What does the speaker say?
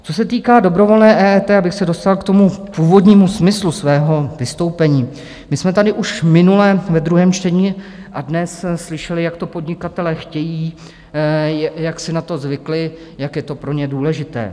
Co se týká dobrovolné EET, abych se dostal k původnímu smyslu svého vystoupení, my jsme tady už minule ve druhém čtení a dnes slyšeli, jak to podnikatelé chtějí, jak si na to zvykli, jak je to pro ně důležité.